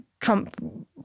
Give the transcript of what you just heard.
Trump